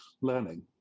learning